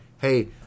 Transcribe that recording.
hey